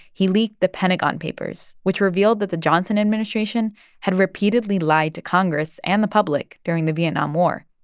he leaked the pentagon papers, which revealed that the johnson administration had repeatedly lied to congress and the public during the vietnam war.